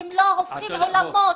אתם לא הופכים עולמות.